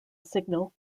signal